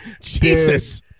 Jesus